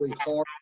hard